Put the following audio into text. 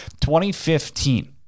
2015